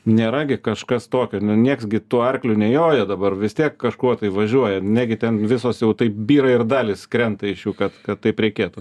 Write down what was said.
nėra gi kažkas tokio nu nieks gi tuo arkliu nejoja dabar vis tiek kažkuo tai važiuoja negi ten visos jau taip byra ir dalys krenta iš jų kad kad taip reikėtų